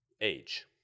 age